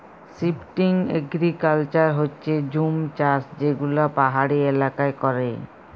shifting agriculture হচ্যে জুম চাষ যে গুলা পাহাড়ি এলাকায় ক্যরে